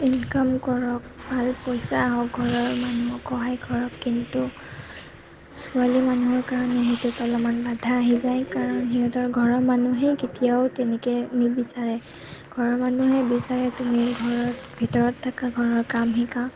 income কৰক ভাল পইচা আহক ঘৰৰ মানুহক সহায় কৰক কিন্তু ছোৱালী মানুহৰ কাৰণে সেইটোত অলপমান বাধা আহি যায় কাৰণ সিহঁতৰ ঘৰৰ মানুহে কেতিয়াও তেনেকে নিবিচাৰে ঘৰৰ মানুহে বিচাৰে তুমি ঘৰত ভিতৰত থাকা ঘৰৰ কাম শিকা